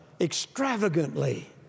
extravagantly